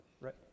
right